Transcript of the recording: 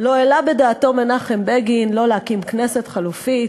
לא העלה בדעתו מנחם בגין להקים כנסת חלופית,